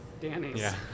Danny's